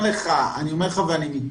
לגבי השאלה שלך מתי זה יגיע,